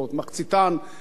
מחציתן ערביות,